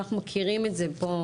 אנחנו מכירים את זה פה,